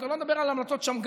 אני כבר לא מדבר על המלצות שמגר.